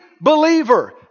believer